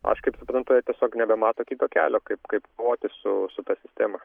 aš kaip suprantu jie tiesiog nebemato kito kelio kaip kaip kovoti su su ta sistema